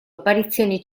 apparizioni